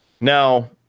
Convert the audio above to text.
Now